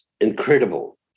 incredible